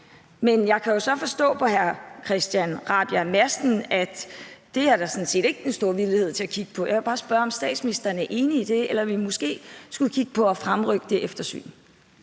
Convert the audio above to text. Men jeg kan jo så forstå på hr. Christian Rabjerg Madsen, at der sådan set ikke er den store villighed til at kigge på det. Jeg vil bare spørge, om statsministeren er enig i det, eller om vi måske skulle kigge på at fremrykke det eftersyn.